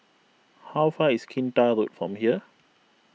how far is Kinta Road from here